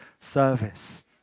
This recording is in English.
service